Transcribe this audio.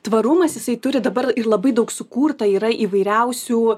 tvarumas jisai turi dabar ir labai daug sukurta yra įvairiausių